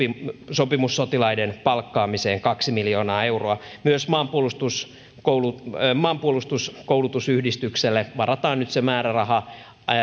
sopimussotilaiden palkkaamiseen kaksi miljoonaa euroa myös maanpuolustuskoulutusyhdistykselle maanpuolustuskoulutusyhdistykselle varataan nyt